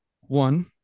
One